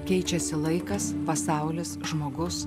keičiasi laikas pasaulis žmogus